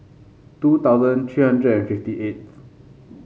two thousand three hundred and fifty eighth